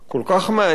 כל כך מעניינת,